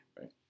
Right